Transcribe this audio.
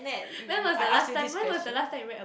when was the last time when was the last time you read a